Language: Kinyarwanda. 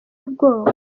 ubwoba